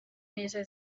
neza